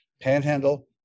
Panhandle